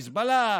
חיזבאללה,